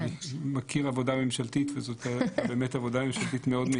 אני מכיר עבודה ממשלתית וזאת באמת עבודה ממשלתית מאוד מהירה.